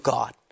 God